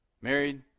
married